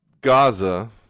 Gaza